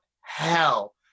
hell